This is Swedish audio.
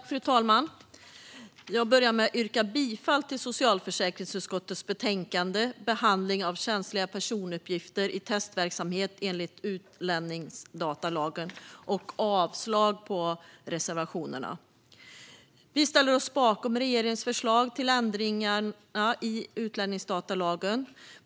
Fru talman! Jag börjar med att yrka bifall till socialförsäkringsutskottets förslag i betänkandet Behandling av känsliga personuppgifter i testverksamhet enligt utlänningsdatalagen och avslag på reservationerna. Vi ställer oss bakom regeringens förslag till ändringarna i utlänningsdatalagen.